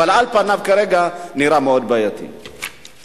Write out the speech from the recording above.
אבל על פניו כרגע זה נראה בעייתי מאוד.